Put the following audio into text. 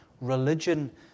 Religion